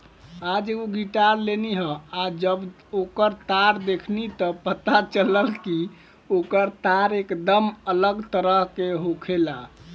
आज एगो गिटार लेनी ह आ जब ओकर तार देखनी त पता चलल कि ओकर तार एकदम अलग तरह के होखेला